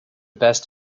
best